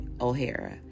O'Hara